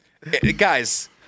Guys